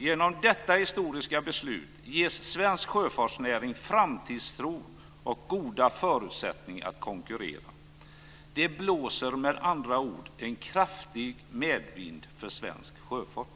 Genom detta historiska beslut ges svensk sjöfartsnäring framtidstro och goda förutsättningar att konkurrera. Det blåser med andra ord en kraftig medvind för svensk sjöfart!